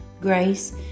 grace